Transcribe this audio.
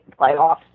playoffs